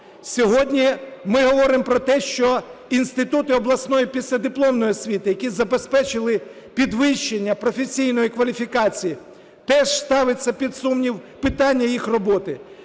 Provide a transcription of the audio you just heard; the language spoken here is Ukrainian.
сьогодні ми говоримо про те, що інститути обласної післядипломної освіти, які забезпечили підвищення професійної кваліфікації, теж ставиться під сумнів питання їх роботи.